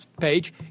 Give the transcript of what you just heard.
page